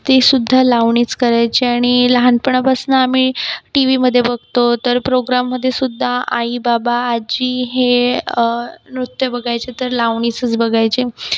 सुद्धा लावणीच करायची आणि लहानपणापासून आम्ही टीव्हीमध्ये बघतो तर प्रोग्राममध्ये सुद्धा आईबाबा आजी हे नृत्य बघायचे तर लावणीचच बघायचे